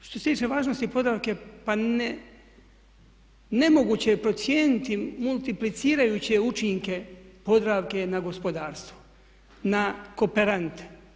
Što se tiče važnosti Podravke pa nemoguće je procijeniti multiplicirajuće učinke Podravke na gospodarstvo, na kooperante.